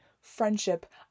Friendship